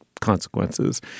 consequences